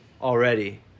already